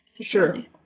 Sure